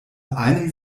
einen